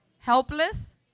Helpless